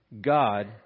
God